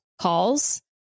calls